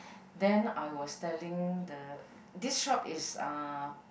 then I was telling the this shop is uh